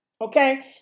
Okay